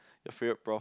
your favorite prof